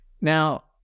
Now